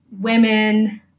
women